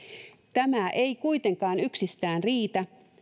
tämä ei kuitenkaan yksistään riitä